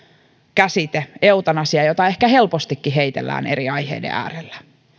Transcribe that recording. käsite eutanasia jota ehkä helpostikin heitellään eri aiheiden äärellä